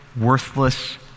worthless